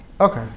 okay